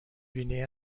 بینی